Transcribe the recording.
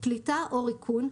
פליטה או ריקון,